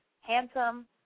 handsome